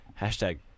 hashtag